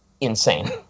insane